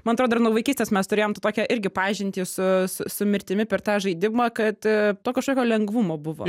man atrodo dar nuo vaikystės mes turėjom tokią irgi pažintį su su su mirtimi per tą žaidimą kad tokio kažkokio lengvumo buvo